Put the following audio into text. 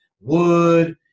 wood